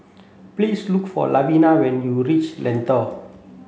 please look for Lavina when you reach Lentor